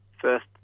first